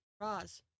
Roz